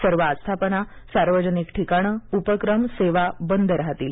सर्व आस्थापना सार्वजनिक ठिकाणं उपक्रम सेवा बंद राहतील